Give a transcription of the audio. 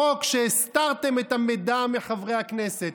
חוק שהסתרתם את המידע עליו מחברי הכנסת.